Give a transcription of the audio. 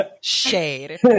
shade